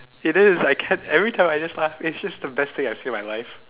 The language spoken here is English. it is I can every time I just ask eh is this the best thing I've seen in my life